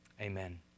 Amen